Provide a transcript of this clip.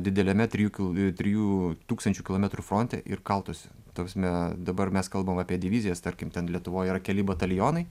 dideliame trijų kil trijų tūkstančių kilometrų fronte ir kautųsi ta prasme dabar mes kalbam apie divizijas tarkim ten lietuvoj yra keli batalionai